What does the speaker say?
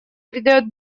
придает